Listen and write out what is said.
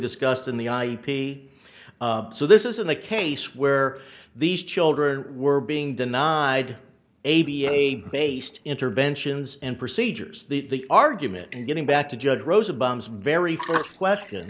discussed in the ip so this isn't a case where these children were being denied a b a based interventions and procedures the argument and getting back to judge rosa bombs very first question